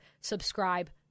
subscribe